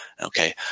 okay